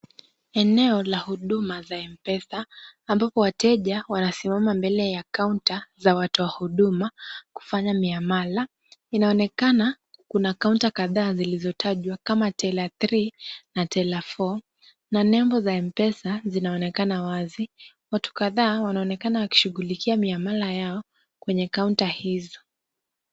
Eneo la huduma za Mpesa ambapo wateja wanasimama mbele ya kaunta za watu wa huduma kufanya miamala. Inaonekana kuna kaunta kadhaa zilizotajwa kama teller three na teller four na nembo za Mpesa zinaonekana wazi. Watu kadhaa wanaonekana wakishughulikia miamala yao kwenye kaunta hizo.